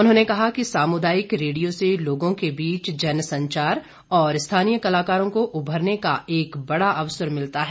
उन्होंने कहा कि सामुदायिक रेडियो से लोगों के बीच जनसंचार और स्थानीय कलाकारों को उभरने का एक बड़ा अवसर मिलता है